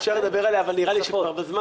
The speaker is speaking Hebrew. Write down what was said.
אפשר לדבר עליה, אבל נראה שאין הרבה זמן.